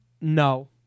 No